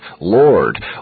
Lord